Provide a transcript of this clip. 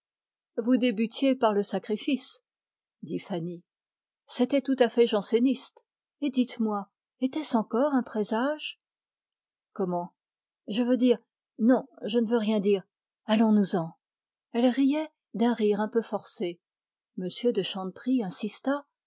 vous débutiez par le sacrifice dit fanny c'était tout à fait janséniste et dites-moi était-ce encore un présage comment je veux dire non je ne veux rien dire allonsnous en elle riait d'un rire un peu forcé m de chanteprie insista